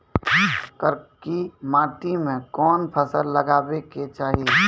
करकी माटी मे कोन फ़सल लगाबै के चाही?